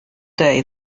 day